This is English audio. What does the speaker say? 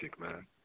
man